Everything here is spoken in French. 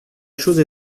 chose